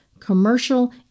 Commercial